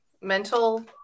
Mental